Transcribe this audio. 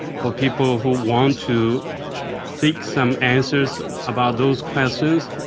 for people who want to seek some answers about those questions,